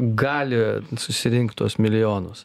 gali susirinkt tuos milijonus